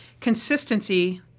Consistency